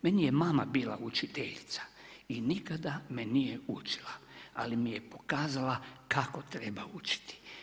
Meni je mama bila učiteljica i nikada me nije učila, ali mi je pokazala kako treba učit.